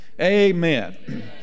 Amen